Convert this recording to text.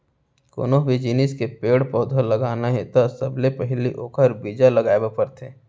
कोनो भी जिनिस के पेड़ पउधा लगाना हे त सबले पहिली ओखर बीजा लगाए बर परथे